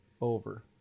over